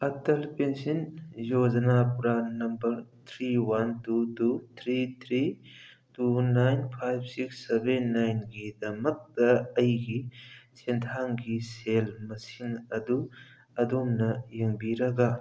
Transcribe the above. Atal pension Yojana PRAN number three one two two three three two nine five six seven ꯅꯥꯏꯟꯒꯤꯗꯃꯛꯇ ꯑꯩꯒꯤ ꯁꯦꯟꯊꯥꯡꯒꯤ ꯁꯦꯜ ꯃꯁꯤꯡ ꯑꯗꯨ ꯑꯗꯣꯝꯅ ꯌꯦꯡꯕꯤꯔꯒ